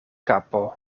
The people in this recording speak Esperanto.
kapo